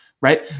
right